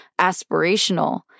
aspirational